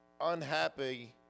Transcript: unhappy